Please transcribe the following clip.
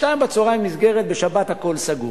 ב-14:00 נסגרת, בשבת הכול סגור.